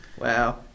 wow